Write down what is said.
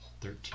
Thirteen